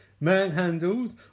Manhandled